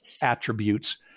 attributes